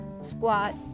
squat